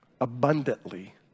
abundantly